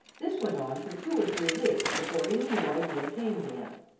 this went on for two or three weeks before any new idea came to him.